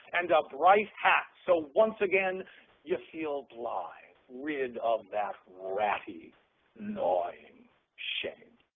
and ah a bright hat. so once again you feel blithe, rid of that ratty gnawing shame.